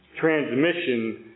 transmission